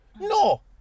No